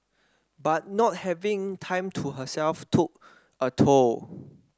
but not having time to herself took a toll